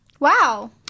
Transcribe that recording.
Wow